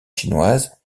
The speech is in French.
chinoise